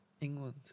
England